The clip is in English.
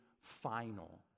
final